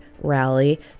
rally